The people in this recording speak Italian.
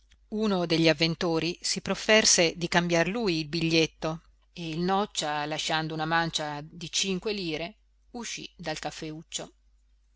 uno degli avventori si profferse di cambiar lui il biglietto e il noccia lasciando una mancia di cinque lire uscì dal caffeuccio